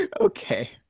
Okay